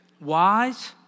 wise